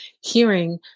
hearing